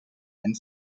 and